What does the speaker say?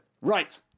Right